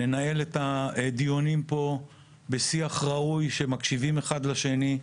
ננהל את הדיונים פה בשיח ראוי כשמקשיבים אחד לשני.